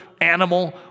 animal